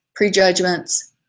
prejudgments